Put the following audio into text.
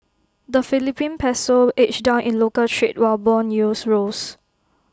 the Philippine Peso edged down in local trade while Bond yields rose